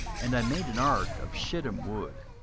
and i made an ark of shittim wood,